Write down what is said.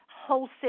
wholesale